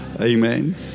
Amen